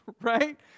right